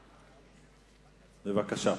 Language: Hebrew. בבקשה.